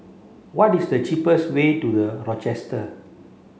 what is the cheapest way to The Rochester